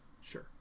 Sure